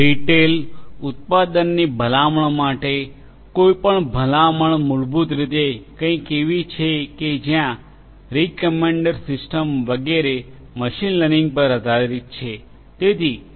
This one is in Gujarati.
રીટેલ ઉત્પાદનની ભલામણ માટે કોઈપણ ભલામણ મૂળભૂત રીતે કંઈક એવી છે જ્યાં રિકમેન્ડેર સિસ્ટમ્સ વગેરે મશીન લર્નિંગ પર આધારિત છે